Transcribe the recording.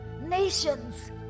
nations